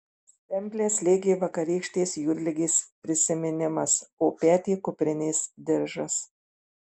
stemplę slėgė vakarykštės jūrligės prisiminimas o petį kuprinės diržas